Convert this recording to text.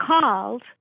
called